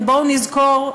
ובואו נזכור,